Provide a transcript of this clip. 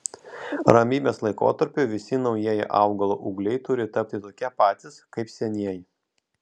ramybės laikotarpiu visi naujieji augalo ūgliai turi tapti tokie patys kaip senieji